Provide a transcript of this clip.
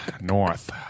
North